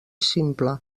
simple